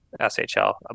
SHL